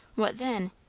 what then?